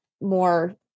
more